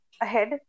ahead